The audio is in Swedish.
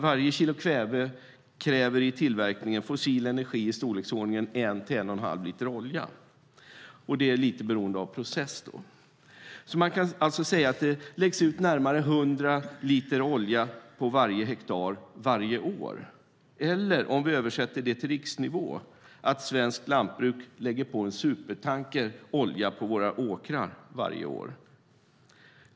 Varje kilo kväve kräver i tillverkningen fossil energi i storleksordningen 1-1 1⁄2 liter olja, beroende på process. Man kan alltså säga att det läggs ut närmare 100 liter olja på varje hektar åker varje år. Om vi översätter det till riksnivå innebär det att svenskt lantbruk lägger på en supertanker olja på våra åkrar - varje år.